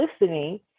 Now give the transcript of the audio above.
listening